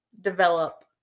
develop